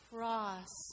Cross